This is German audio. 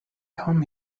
kaum